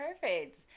perfect